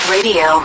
Radio